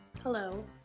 Hello